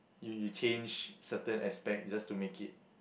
you you change certain aspect just to make it